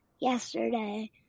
yesterday